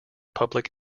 public